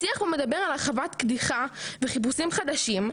השיח מדבר על הרחבת קדיחה וחיפושים חדשים,